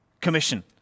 commission